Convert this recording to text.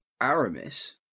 Aramis